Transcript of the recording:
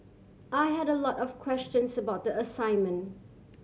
I had a lot of questions about the assignment